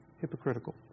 Hypocritical